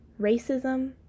racism